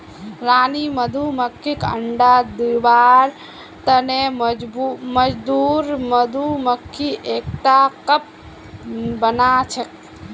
रानी मधुमक्खीक अंडा दिबार तने मजदूर मधुमक्खी एकटा कप बनाछेक